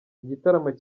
igitaramo